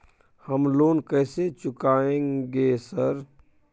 हम लोन कैसे चुकाएंगे सर?